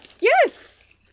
Yes